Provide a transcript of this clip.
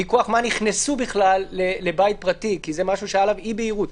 מכוח מה נכנסו בכלל לבית פרטי כי זה משהו שהיה לגביו אי בהירות,